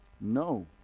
No